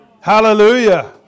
Hallelujah